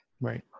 Right